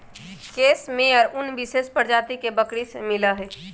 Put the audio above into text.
case मेयर उन विशेष प्रजाति के बकरी से मिला हई